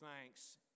thanks